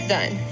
Done